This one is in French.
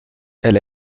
elle